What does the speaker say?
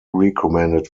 recommended